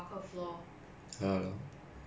the stress level is really there